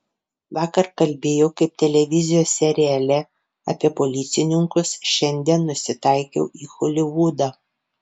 vakar kalbėjau kaip televizijos seriale apie policininkus šiandien nusitaikiau į holivudą